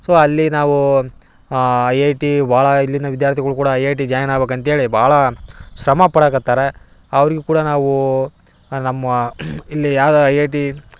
so ಅಲ್ಲಿ ನಾವು I I T ಭಾಳ ಇಲ್ಲಿನ ವಿದ್ಯಾರ್ಥಿಗಳು ಕೂಡ ಐ ಐ ಟಿ ಜಾಯ್ನ್ ಆಗ್ಬೇಕು ಅಂತ್ಹೇಳಿ ಭಾಳ ಶ್ರಮ ಪಡಕ್ಕೆ ಹತ್ತಾರ ಅವರಿಗು ಕೂಡ ನಾವು ನಮ್ಮ ಇಲ್ಲಿ ಯಾವ್ದಾರ ಐ ಐ ಟಿ